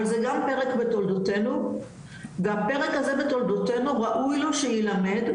אבל זה גם פרק בתולדותינו והפרק הזה בתולדותינו ראוי לו שיילמד,